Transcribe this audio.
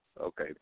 Okay